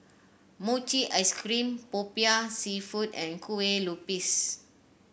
Mochi Ice Cream popiah seafood and Kue Lupis